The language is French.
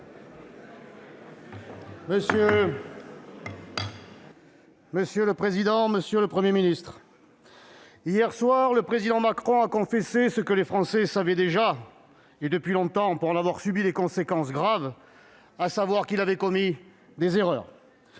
Monsieur le président, monsieur le Premier ministre, hier soir, le président Macron a confessé ce que les Français savaient déjà depuis longtemps, pour en avoir subi les conséquences graves : il a confessé qu'il avait « commis des erreurs